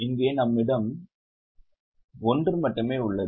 இங்கே நம்மிடம் ஒன்று மட்டுமே உள்ளது